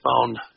found